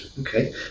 Okay